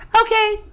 okay